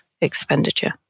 expenditure